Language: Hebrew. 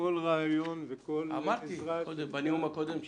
כל רעיון וכל עזרה שניתן --- אמרתי בנאום הקודם שלי,